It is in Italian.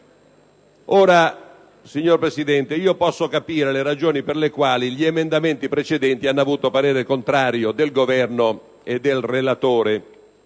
Signor Presidente, posso capire le ragioni per le quali gli emendamenti precedenti hanno avuto il parere contrario del Governo e del relatore,